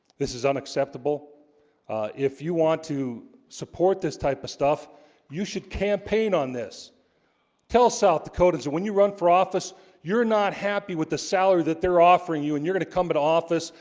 this is unacceptable if you want to support this type of stuff you should campaign on this tell south dakotans when you run for office you're not happy with the salary that they're offering you and you're gonna come into but office,